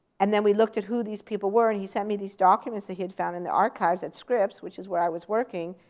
and then we looked at who these people were, and he sent me these documents that he had found in the archives at scripps, which is where i was working.